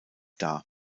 dar